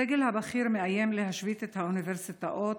הסגל הבכיר מאיים להשבית את האוניברסיטאות,